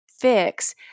fix